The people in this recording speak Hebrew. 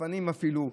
סגפניים אפילו,